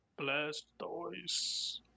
Blastoise